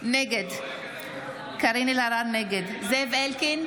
נגד זאב אלקין,